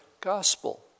gospel